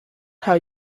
how